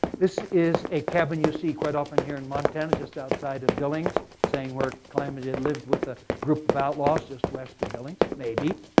this is a cabin you see quite often here in montana, just outside of billings saying where calamity had lived with a group of outlaws just west of billings maybe?